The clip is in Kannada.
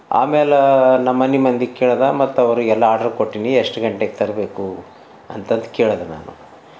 ಆಮೇಲೆ ನಮ್ಮ ಮನೆ ಮಂದಿ ಕೇಳಿದ ಮತ್ತು ಅವರಿಗೆ ಎಲ್ಲ ಆರ್ಡರ್ ಕೊಟ್ಟೀನಿ ಎಷ್ಟು ಗಂಟೆಗೆ ತರಬೇಕು ಅಂತ ಅಂತ ಕೇಳಿದ ನಾನು